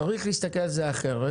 צריך להסתכל על זה אחרת,